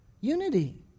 Unity